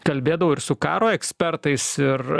kalbėdavau ir su karo ekspertais ir